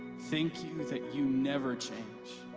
thank you that you never change